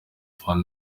fund